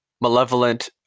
malevolent